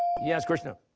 yes, krishna?